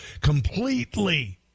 completely